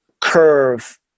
curve